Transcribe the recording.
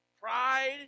Pride